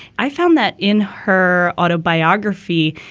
i found that in her autobiography,